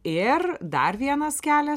ir dar vienas kelias